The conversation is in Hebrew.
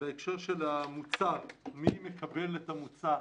בהקשר של המוצר מי מקבל את המוצר.